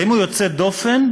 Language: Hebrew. האם הוא יוצא דופן,